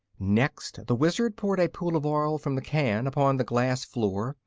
next the wizard poured a pool of oil from the can upon the glass floor,